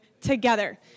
together